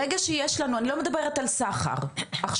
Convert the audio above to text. ברגע שיש לנו, אני לא מדברת על סחר עכשיו.